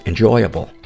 enjoyable